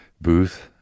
booth